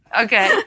Okay